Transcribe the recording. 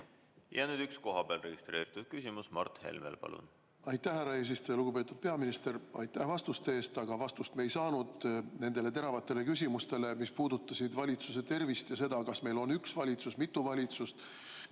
Ja nüüd üks kohapeal registreeritud küsimus. Mart Helme, palun! Aitäh, härra eesistuja! Lugupeetud peaminister! Aitäh vastuste eest! Aga vastust me ei saanud nendele teravatele küsimustele, mis puudutasid valitsuse tervist ja seda, kas meil on üks valitsus või mitu valitsust,